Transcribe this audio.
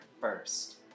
first